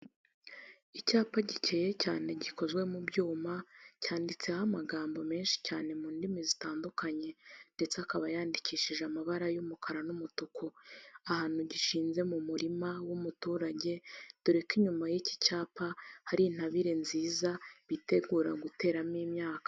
Icyapa gikeye cyane gikozwe mu byuma, cyanditseho amagambo menshi cyane mu ndimi zitandukanye ndetse akaba yandikishije amabara y'umukara n'umutuku, ahantu gishinze ni mu murima w'umuturage dore ko inyuma y'iki cyapa hari intabire nziza bitegura guteramo imyaka.